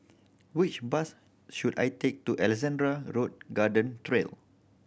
which bus should I take to Alexandra Road Garden Trail